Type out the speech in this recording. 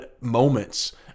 moments